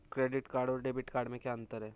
Credit card और debit card में क्या अंतर है?